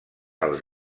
als